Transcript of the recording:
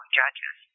judges